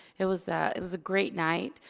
it was it was a great night.